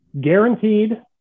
guaranteed